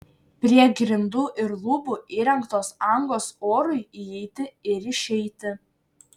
prie grindų ir lubų įrengtos angos orui įeiti ir išeiti